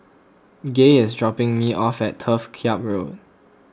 Gay is dropping me off at Turf Ciub Road